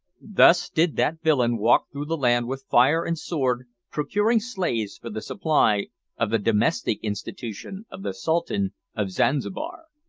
thus did that villain walk through the land with fire and sword procuring slaves for the supply of the domestic institution of the sultan of zanzibar.